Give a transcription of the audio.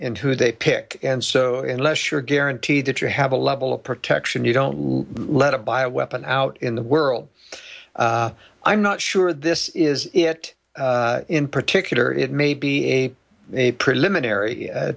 in who they pick and so unless you're guaranteed that you have a level of protection you don't let a bio weapon out in the world i'm not sure this is it in particular it may be a a preliminary